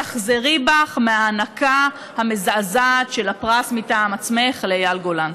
תחזרי בך מההענקה המזעזעת של הפרס מטעם עצמך לאייל גולן.